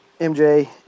MJ